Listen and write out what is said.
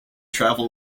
travel